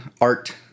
art